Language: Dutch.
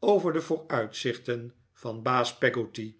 over de vooruitzichten van baas peggotty